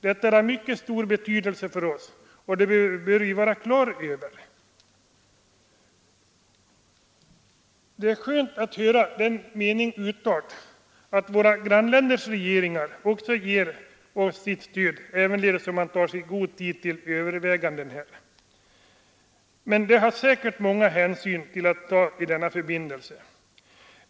Detta är av oerhört stor betydelse för oss, och det bör vi vara på det klara med, även om man av och till hör den meningen uttalas att våra grannländers regeringar ger sig något för liten tid till överläggningar. Men det finns säkerligen många hänsyn att ta i detta sammanhang.